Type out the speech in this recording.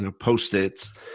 post-its